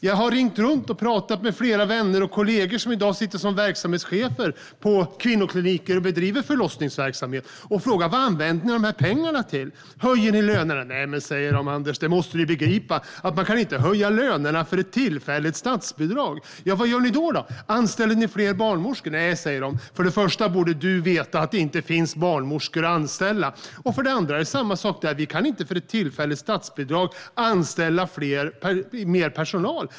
Jag har ringt runt och pratat med flera vänner och kollegor som i dag sitter som verksamhetschefer på kvinnokliniker och bedriver förlossningsverksamhet. Jag har frågat vad de använder pengarna till, om de till exempel höjer lönerna. Nej, Anders, säger de. Jag måste begripa att de inte kan höja lönerna för ett tillfälligt statsbidrag. Då undrar jag var de gör i stället, om de anställer fler barnmorskor. Nej, säger de. För det första borde jag veta att det inte finns barnmorskor att anställa, och för det andra kan de inte för ett tillfälligt statsbidrag anställa mer personal.